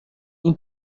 این